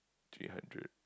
three hundred